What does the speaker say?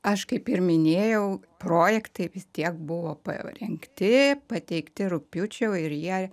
aš kaip ir minėjau projektai vis tiek buvo parengti pateikti rugpjūčiau ir jie